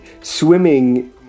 Swimming